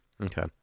Okay